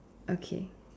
okay